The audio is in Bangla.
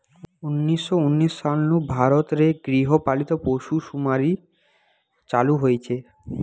উনিশ শ উনিশ সাল নু ভারত রে গৃহ পালিত পশুসুমারি চালু হইচে